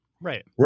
Right